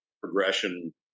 progression